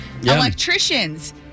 electricians